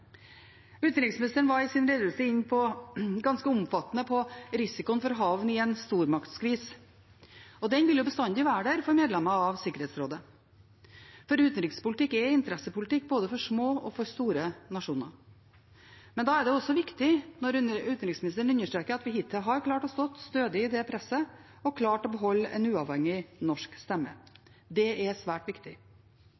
Utenriksministeren var i sin redegjørelse ganske omfattende inne på risikoen for å havne i en stormaktskvis. Den vil bestandig være der for medlemmer av Sikkerhetsrådet, for utenrikspolitikk er interessepolitikk både for små og for store nasjoner. Da er det også viktig når utenriksministeren understreker at vi hittil har klart å stå stødig i det presset og klart å beholde en uavhengig norsk stemme.